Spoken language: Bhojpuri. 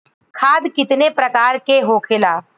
खाद कितने प्रकार के होखेला?